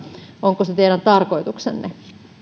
onko se teidän tarkoituksenne